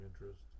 interest